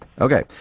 Okay